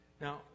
Now